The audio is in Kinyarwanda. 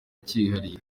cyihariye